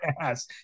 ass